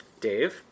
Dave